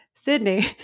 Sydney